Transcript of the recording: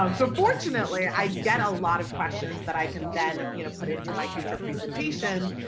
um so fortunately, i get a lot of questions that i can then you know put into my future presentations,